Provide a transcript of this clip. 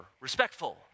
respectful